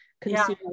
consumer